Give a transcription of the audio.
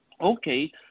Okay